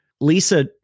lisa